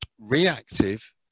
reactive